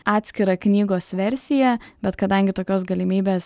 atskirą knygos versiją bet kadangi tokios galimybės